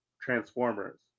transformers